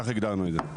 כך הגדרנו את זה.